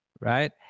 right